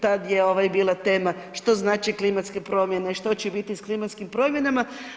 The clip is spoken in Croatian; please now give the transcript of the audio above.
Tad je bila tema što znači klimatske promjene, što će biti s klimatskim promjenama.